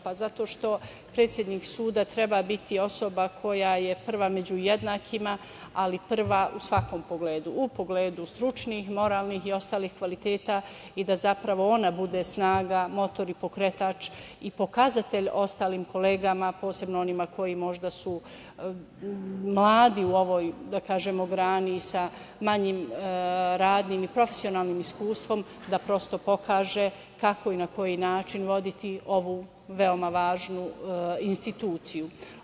Pa, zato što predsednik suda treba biti osoba koja je prva među jednakima, ali prva u svakom pogledu, u pogledu stručnih, moralnih i ostalih kvaliteta i da zapravo ona bude snaga, motor i pokretač i pokazatelj ostalim kolegama, posebno onima koji su možda mladi u ovoj grani, sa manjim radnim i profesionalnim iskustvom, da prosto pokaže kako i na koji način voditi ovu veoma važnu instituciju.